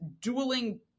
dueling